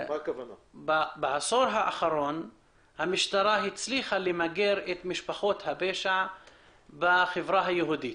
בעשור האחרון המשטרה הצליחה למגר את משפחות הפשע בחברה היהודית.